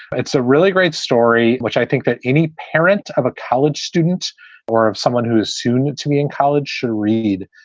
it's a really great story, which i think that any parent of a college student or someone who is soon to be in college should read.